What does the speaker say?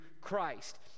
Christ